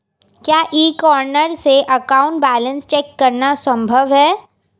क्या e corner से account balance check करना संभव है?